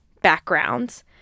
backgrounds